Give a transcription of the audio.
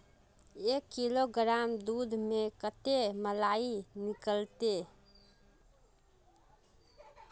एक किलोग्राम दूध में कते मलाई निकलते?